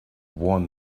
won